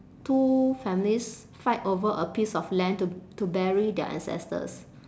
two families fight over a piece of land to to bury their ancestors